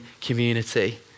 community